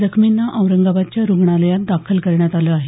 जखमींना औरंगाबादच्या रुग्णालयात दाखल करण्यात आलं आहे